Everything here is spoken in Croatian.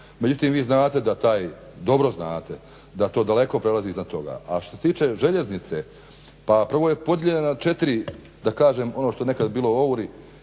Međutim, vi znate da taj, dobro znate, da to daleko prelazi iznad toga. A što se tiče željeznice pa prvo je podijeljena na 4 da kažem ono što su nekad bili … od